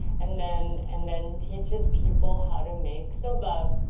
and then and then teaches people how to make soba,